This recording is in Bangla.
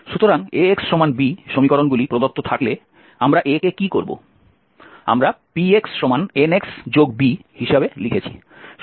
সুতরাং Ax b সমীকরণগুলি প্রদত্ত থাকলে আমরা A কে কী করব আমরা Px Nxb হিসাবে লিখেছি